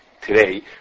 today